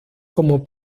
como